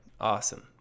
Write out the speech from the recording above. awesome